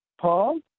Paul